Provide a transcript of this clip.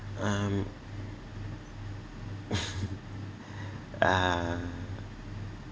um um